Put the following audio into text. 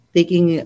Taking